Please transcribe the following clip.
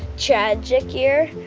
tragic year.